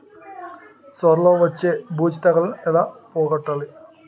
సొర లో వచ్చే బూజు తెగులని ఏల పోగొట్టాలి?